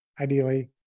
ideally